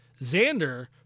Xander